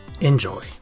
Enjoy